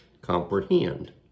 comprehend